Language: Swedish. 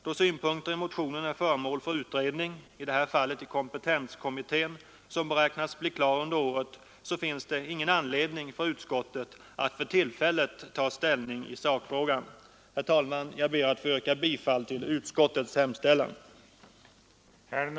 Då synpunkterna i motionen är föremål för utredning — i det här fallet i kompetenskommittén, som beräknas bli klar under året — finns det ingen anledning för utskottet att för tillfället ta ställning i sakfrågan. Herr talman! Jag ber att få yrka bifall till utskottets hemställan.